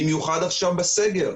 במיוחד עכשיו בסגר.